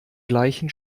gleichen